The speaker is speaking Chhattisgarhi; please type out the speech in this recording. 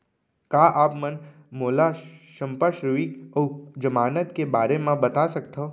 का आप मन मोला संपार्श्र्विक अऊ जमानत के बारे म बता सकथव?